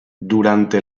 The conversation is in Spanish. durante